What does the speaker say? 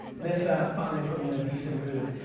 this finally put me in a decent mood.